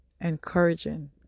encouraging